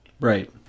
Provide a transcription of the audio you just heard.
right